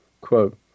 Quote